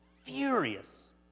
furious